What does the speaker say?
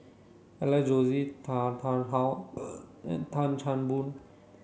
Alex Josey Tan Tarn How and Tan Chan Boon